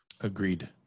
Agreed